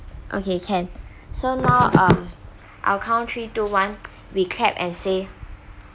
okay can so now um I'll count three two one we clap and say